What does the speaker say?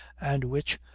and which,